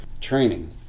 training